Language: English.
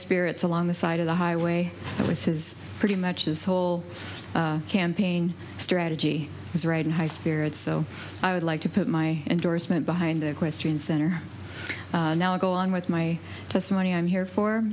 spirits along the side of the highway this is pretty much his whole campaign strategy is riding high spirits so i would like to put my endorsement behind that question center now i go along with my testimony i'm here for